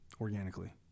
organically